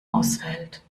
ausfällt